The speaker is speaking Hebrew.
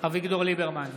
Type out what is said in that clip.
אביגדור ליברמן,